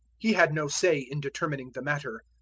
he had no say in determining the matter.